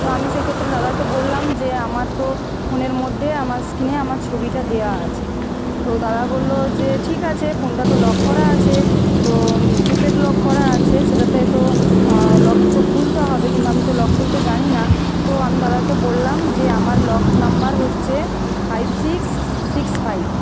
তো আমি সেই ক্ষেত্রে দাদাকে বললাম যে আমার তো ফোনের মধ্যে আমার স্ক্রিনে আমার ছবিটা দেওয়া আছে তো দাদা বললো যে ঠিক আছে ফোনটা তো লক করা আছে তো কিপ্যাড লক করা আছে সেটাতে তো লক তো খুলতে হবে কিন্তু আমি তো লক খুলতে জানি না তো আমি দাদাকে বললাম যে আমার লক নম্বর হচ্ছে ফাইভ সিক্স সিক্স ফাইভ